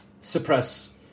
suppress